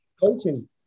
Coaching